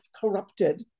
corrupted